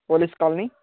police colony